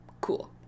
cool